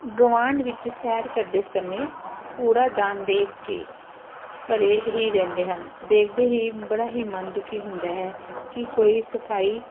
ਗਆਂਢ ਵਿੱਚ ਸੈਰ ਕਰਦੇ ਸਮੇਂ ਕੂੜਾਦਾਨ ਦੇਖ ਕੇ ਭਰੇ ਹੀ ਰਹਿੰਦੇ ਹਨ ਦੇਖਦੇ ਹੀ ਬੜਾ ਹੀ ਮਨ ਦੁਖੀ ਹੁੰਦਾ ਹੈ ਵੀ ਕੋਈ ਸਫਾਈ